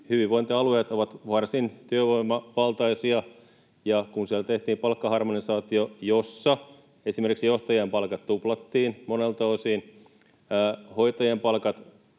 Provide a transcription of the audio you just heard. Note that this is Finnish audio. hyvinvointialueet ovat varsin työvoimavaltaisia. Kun siellä tehtiin palkkaharmonisaatio, jossa esimerkiksi johtajien palkat tuplattiin monelta osin, hoitajien palkat